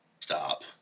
Stop